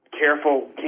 careful